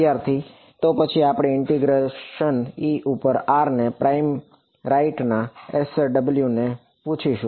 વિદ્યાર્થી તો પછી આપણે ઇંટીગ્રેશન E ઉપર r એ પ્રાઇમ રાઇટના Ecer W ને પૂછીશું